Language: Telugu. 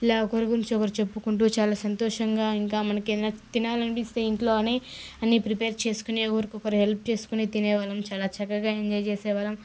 ఇలా ఒకరి గురించి ఒకరి చెప్పుకుంటూ చాలా సంతోషంగా ఇంకా మనకి ఏమైనా తినాలనిపిస్తే ఇంట్లోనే అన్ని ప్రిపేర్ చేసుకొని ఒకరికొకరు హెల్ప్ చేసుకుని తినే వాళ్ళము చాలా చక్కగా ఎంజాయ్ చేసేవాళ్ళము